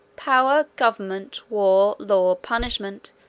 power, government, war, law, punishment,